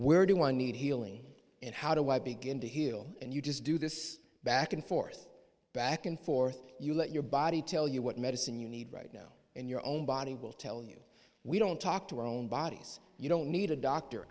where do i need healing and how do i begin to heal and you just do this back and forth back and forth you let your body tell you what medicine you need right now in your own body will tell you we don't talk to our own bodies you don't need a doctor